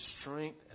strength